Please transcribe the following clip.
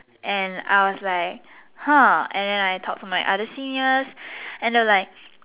and I was like !huh! and then I talk to my other seniors and they were like